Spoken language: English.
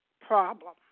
problem